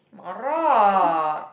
marah